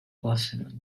possano